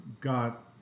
got